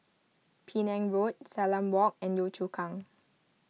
Penang Road Salam Walk and Yio Chu Kang